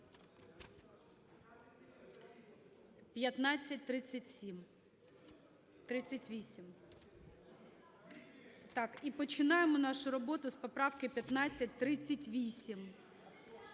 1537... 38. Так, і починаємо нашу роботу з поправки 1538.